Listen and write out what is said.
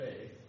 faith